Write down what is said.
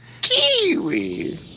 Kiwi